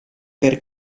per